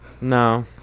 No